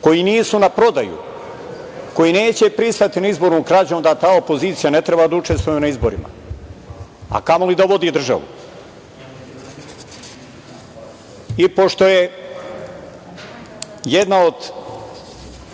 koji nisu na prodaju, koji neće pristati na izbornu krađu, onda ta opozicija ne treba da učestvuje na izborima, a kamoli da vodi državu. Pošto je jedna od